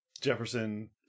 Jefferson